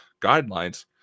guidelines